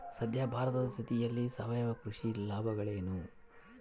ಸದ್ಯ ಭಾರತದ ಸ್ಥಿತಿಯಲ್ಲಿ ಸಾವಯವ ಕೃಷಿಯ ಲಾಭಗಳೇನು?